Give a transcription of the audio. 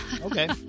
Okay